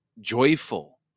joyful